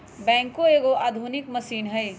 backhoe एगो आधुनिक machine हइ